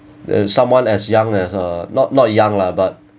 that someone as young as a not not young lah but